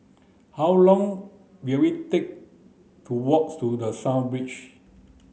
how long will it take to walk to The Beach